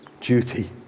duty